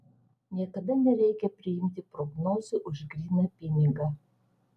niekada nereikia priimti prognozių už gryną pinigą